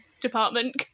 department